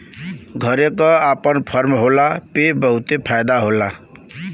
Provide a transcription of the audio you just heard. घरे क आपन फर्म होला पे बहुते फायदा होला